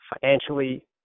financially